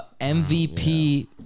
MVP